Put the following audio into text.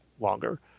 longer